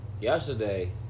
yesterday